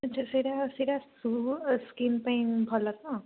ଆଛା ସେହିଟା ସେହିଟା ଶୁଜ ସ୍କିନ ପାଇଁ ଭଲ ତ